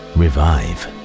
revive